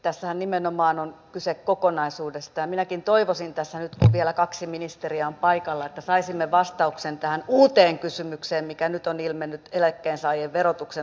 tässähän nimenomaan on kyse kokonaisuudesta ja minäkin toivoisin tässä nyt kun vielä kaksi ministeriä on paikalla että saisimme vastauksen tähän uuteen kysymykseen mikä nyt on ilmennyt eläkkeensaajien verotuksen osalta